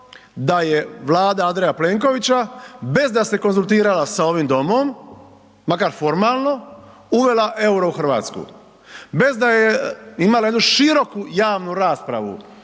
da je Vlada Andreja Plenkovića bez da se konzultirala s ovim Domom, makar formalno uvela euro u Hrvatsku, bez da je imala jednu široku javnu raspravu,